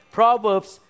Proverbs